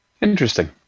Interesting